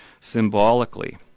symbolically